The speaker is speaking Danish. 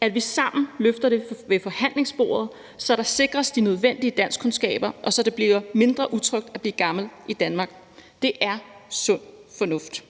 at vi sammen løfter det ved forhandlingsbordet, så der sikres de nødvendige danskkundskaber, og så det bliver mindre utrygt at blive gammel i Danmark. Det er sund fornuft.